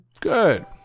Good